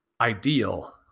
ideal